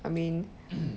I mean